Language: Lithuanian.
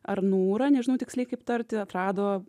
ar nura nežinau tiksliai kaip tarti atrado